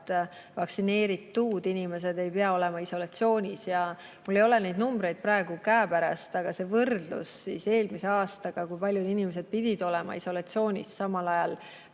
et vaktsineeritud inimesed ei peaks olema isolatsioonis. Mul ei ole neid numbreid praegu käepärast, aga võrdlus eelmise aastaga, kui paljud inimesed pidid olema isolatsioonis samal ajal,